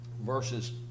verses